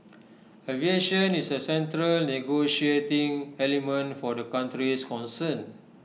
aviation is A central negotiating element for the countries concerned